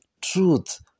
truth